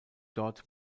dort